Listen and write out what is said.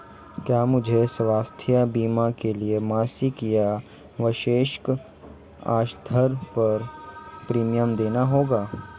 क्या मुझे स्वास्थ्य बीमा के लिए मासिक या वार्षिक आधार पर प्रीमियम देना होगा?